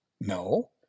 No